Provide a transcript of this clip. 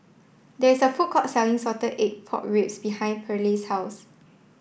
there is a food court selling salted egg pork ribs behind Pearley's house